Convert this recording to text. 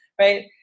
right